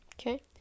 Okay